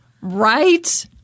Right